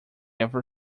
ever